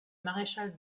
maréchal